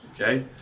okay